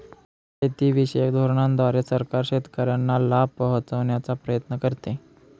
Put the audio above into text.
शेतीविषयक धोरणांद्वारे सरकार शेतकऱ्यांना लाभ पोहचवण्याचा प्रयत्न करते